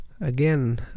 again